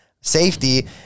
safety